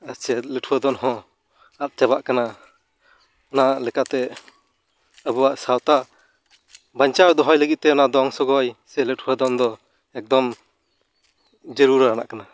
ᱟᱨ ᱪᱮ ᱱᱟᱹᱴᱷᱩᱣᱟᱹ ᱫᱚᱱ ᱦᱚᱸ ᱟᱫ ᱪᱟᱵᱟᱜ ᱠᱟᱱᱟ ᱚᱱᱟ ᱞᱮᱠᱟᱛᱮ ᱟᱵᱚᱣᱟᱜ ᱥᱟᱶᱛᱟ ᱵᱟᱧᱪᱟᱣ ᱫᱚᱦᱚᱭ ᱞᱟᱹᱜᱤᱫ ᱛᱮ ᱚᱱᱟ ᱫᱚᱝ ᱥᱚᱜᱚᱭ ᱥᱮ ᱱᱟᱹᱴᱷᱩᱣᱟᱹ ᱫᱚᱱ ᱫᱚ ᱮᱠᱫᱚᱢ ᱡᱟᱹᱨᱩᱲᱟᱱᱟᱜ ᱠᱟᱱᱟ